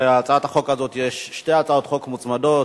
להצעת החוק הזאת יש שתי הצעות חוק מוצמדות.